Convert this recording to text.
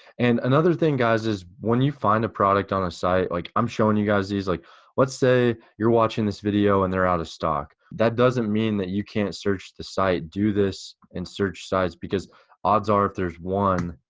and another thing, guys is when you find a product on a site, like i'm showing you guys these, like let's say you're watching this video and they're out of stock. that doesn't mean that you can't search the site, do this and search sites because odds are if there's one,